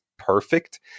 perfect